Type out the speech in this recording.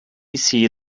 see